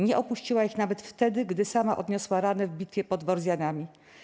Nie opuściła ich nawet wtedy, gdy sama odniosła rany w bitwie pod Worzianami.